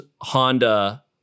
Honda